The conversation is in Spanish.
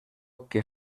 que